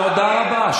תודה רבה.